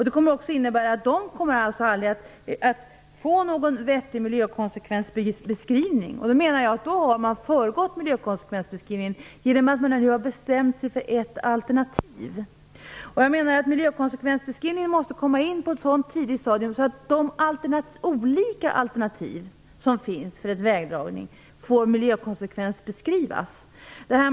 Det kommer också att innebära att det aldrig kommer att bli någon vettig miljökonsekvensbeskrivning för dessa alternativ. Jag menar att man har föregått miljökonsekvensbeskrivningen i och med att man nu har bestämt sig för ett alternativ. Miljökonsekvensbeskrivningen måste komma in på ett så tidigt stadium att de olika alternativ för en vägdragning som finns får miljökonsekvensbeskrivas.